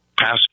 pass